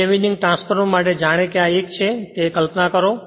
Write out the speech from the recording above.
બે winding transformer માટે જાણે કે આ 1 છે તે રીતે કલ્પના કરો